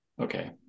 Okay